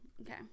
Okay